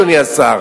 אדוני השר.